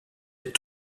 est